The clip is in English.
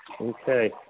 Okay